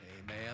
Amen